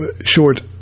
short